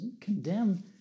condemn